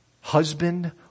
Husband